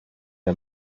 der